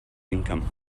income